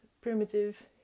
primitive